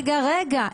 רגע, רגע.